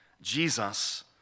Jesus